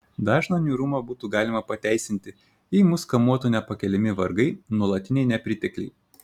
dažną niūrumą būtų galima pateisinti jei mus kamuotų nepakeliami vargai nuolatiniai nepritekliai